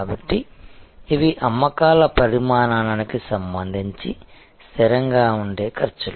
కాబట్టి ఇవి అమ్మకాల పరిమాణానికి సంబంధించి స్థిరంగా ఉండే ఖర్చులు